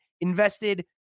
invested